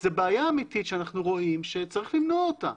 זו בעיה אמיתית שאנחנו רואים שצריך למנוע אותה.